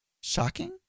shocking